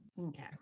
okay